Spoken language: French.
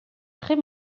très